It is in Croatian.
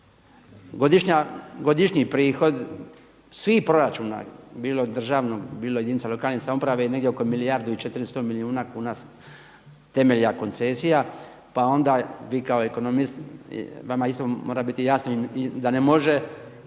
Godišnji prihod svih proračuna bilo državnog bilo jedinica lokalne samouprave je negdje oko milijardu i 400 milijuna kuna temelja koncesija pa onda vi kao ekonomist, vama isto mora biti jasno da ne može